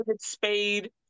Spade